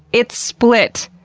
it's split!